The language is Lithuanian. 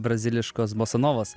braziliškos bosanovos